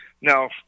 Now